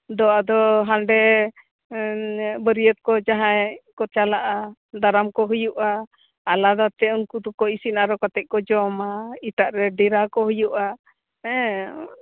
ᱫᱚ ᱟᱫᱚ ᱦᱟᱸᱰᱮ ᱵᱟᱹᱨᱭᱟᱹᱛ ᱠᱚ ᱡᱟᱦᱟᱸᱭ ᱠᱚ ᱪᱟᱞᱟᱜᱼᱟ ᱫᱟᱨᱟᱢ ᱠᱚ ᱦᱩᱭᱩᱜᱼᱟ ᱟᱞᱟᱫᱟᱛᱮ ᱩᱝᱠᱩ ᱫᱚᱠᱚ ᱤᱥᱤᱱ ᱟᱨᱚ ᱠᱟᱛᱮᱜ ᱠᱚ ᱡᱚᱢᱟ ᱮᱴᱟᱜ ᱨᱮ ᱰᱮᱨᱟ ᱠᱚ ᱦᱩᱭᱩᱜᱼᱟ ᱦᱮᱸ